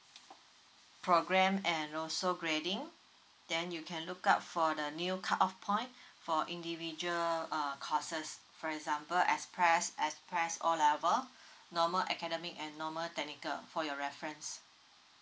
program and also grading then you can look up for the new cut off point for individual err courses for example express express O level normal academic and normal technical for your reference